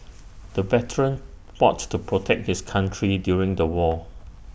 the veteran fought to protect his country during the war